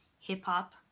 hip-hop